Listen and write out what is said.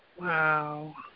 Wow